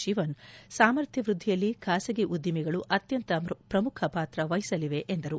ಶಿವನ್ ಸಾಮರ್ಥ್ಯವೃದ್ದಿಯಲ್ಲಿ ಖಾಸಗಿ ಉದ್ದಿಮೆಗಳು ಅತ್ಯಂತ ಪ್ರಮುಖ ಪಾತ್ರ ವಹಿಸಲಿವೆ ಎಂದರು